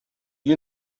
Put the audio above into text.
you